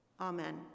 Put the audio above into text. Amen